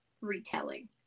retelling